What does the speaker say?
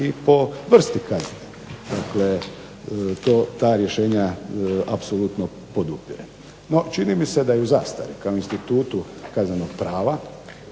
i po vrsti kazni. Dakle, ta rješenja apsolutno podupirem. No, čini mi se da i u zastari kao institutu kaznenog prava